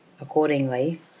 accordingly